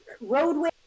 roadway